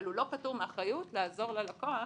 אבל הוא לא פטור מאחריות לעזור ללקוח